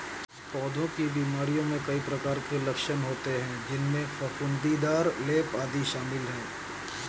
पौधों की बीमारियों में कई प्रकार के लक्षण होते हैं, जिनमें फफूंदीदार लेप, आदि शामिल हैं